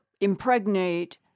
impregnate